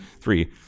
three